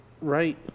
Right